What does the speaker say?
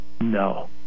No